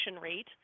rate